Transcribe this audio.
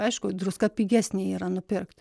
aišku druska pigesnė yra nupirkt